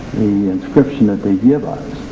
the inscription that they give us,